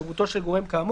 פעילות חינוך